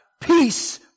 peace